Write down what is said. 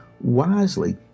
wisely